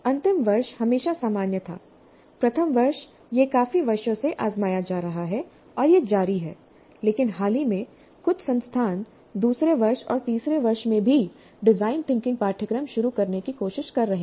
अंतिम वर्ष हमेशा सामान्य था प्रथम वर्ष यह काफी वर्षों से आजमाया जा रहा है और यह जारी है लेकिन हाल ही में कुछ संस्थान दूसरे वर्ष और तीसरे वर्ष में भी डिजाइन थिंकिंग पाठ्यक्रम शुरू करने की कोशिश कर रहे हैं